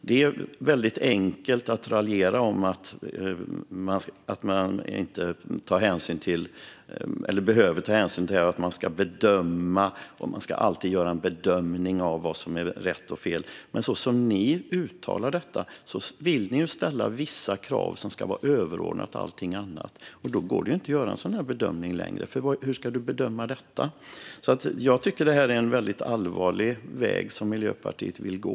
Det är väldigt enkelt att raljera om att man inte behöver ta hänsyn till det här och att man alltid ska göra en bedömning av vad som är rätt och fel, men ni i Miljöpartiet vill ju ställa vissa krav som ska vara överordnade allting annat. Då går det inte längre att göra en sådan bedömning, för hur ska man bedöma detta? Jag tycker att det är en väldigt allvarlig väg som Miljöpartiet vill gå.